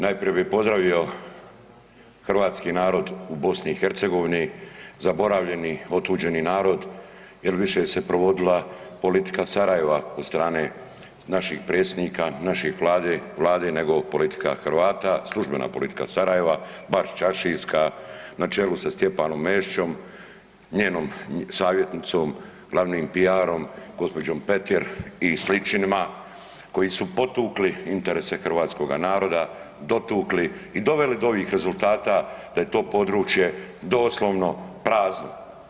Najprije bih pozdravio Hrvatski narod u Bosni i Hercegovini zaboravljeni, otuđeni narod jer više se provodila politika Sarajeva od strane naših predsjednika, naše Vlade nego politika Hrvata, službena politika Sarajeva, Baščaršijska na čelu sa Stjepanom Mesićem, njenom savjetnicom, glavnim PR gospođom Petir i sličnima koji su potukli interese Hrvatskoga naroda, dotukli i doveli do ovih rezultata da je to područje doslovno prazno.